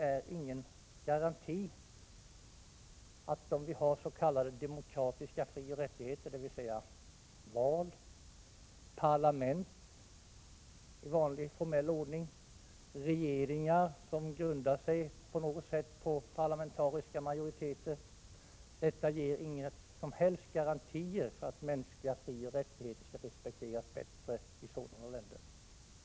Jag vill påstå att s.k. demokratiska frioch rättigheter i ett land — dvs. val, parlament i vanlig formell ordning, regeringar som på något sätt grundar sig på parlamentariska majoriteter — inte ger några som helst garantier för att mänskliga frioch rättigheter respekteras.